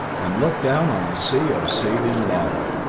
and looked down on a sea of seething lava!